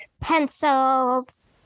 pencils